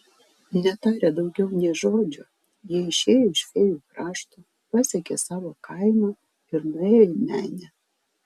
netarę daugiau nė žodžio jie išėjo iš fėjų krašto pasiekė savo kaimą ir nuėjo į menę